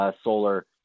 solar